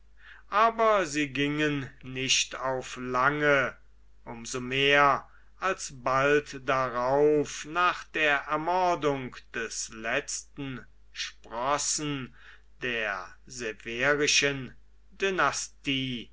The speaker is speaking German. aber sie gingen nicht auf lange um so mehr als bald darauf nach der ermordung des letzten sprossen der